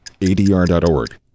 ADR.org